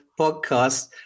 podcast